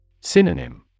Synonym